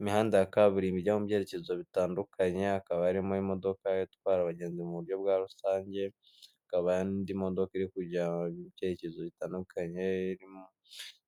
Imihanda ya kaburimbojya mu byerekezo bitandukanye hakaba arimo imodoka itwara abagenzi mu buryo bwa rusange, ikaba indi modoka iri kujya byerekezo bitandukanye irimo